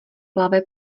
plave